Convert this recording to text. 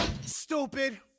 Stupid